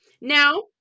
now